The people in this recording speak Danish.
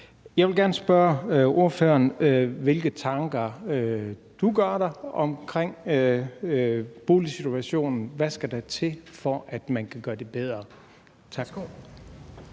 Jeg vil gerne spørge ordføreren, hvilke tanker du gør dig omkring boligsituationen. Hvad skal der til, for at man kan gøre det bedre? Tak.